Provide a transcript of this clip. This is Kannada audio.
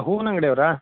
ಹೂನ ಅಂಗಡಿಯವ್ರಾ